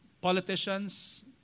politicians